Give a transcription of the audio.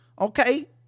okay